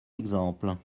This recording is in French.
exemple